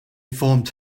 formed